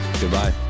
goodbye